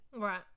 Right